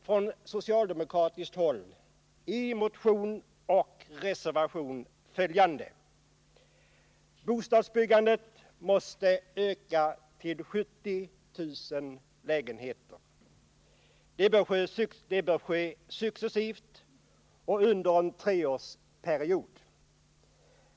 Från socialdemokratiskt håll redovisar vi följande i motion och reservation: Bostadsbyggandet måste öka till 70 000 lägenheter. Det bör ske successivt och under en treårsperiod.